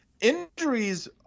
injuries